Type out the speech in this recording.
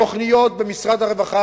תוכניות במשרד הרווחה,